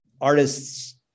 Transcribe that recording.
artists